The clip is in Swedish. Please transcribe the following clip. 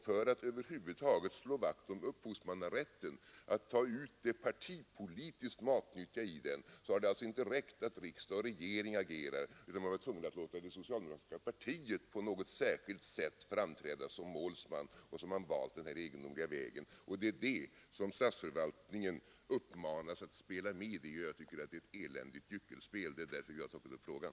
För att över huvud taget slå vakt om upphovsrätten och ta ut det partipolitiskt matnyttiga i den har det alltså inte räckt att riksdag och regering agerat, utan man har tyckt sig vara tvungen att låta det socialdemokratiska partiet på något särskilt sätt framträda som målsman, och så har man valt detta egendomliga tillvägagångssätt, där statsförvaltningen uppmanas att spela med. Jag tycker att det är ett eländigt gyckelspel, och det är därför vi har tagit upp frågan.